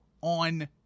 On